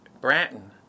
Bratton